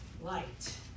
light